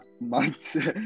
months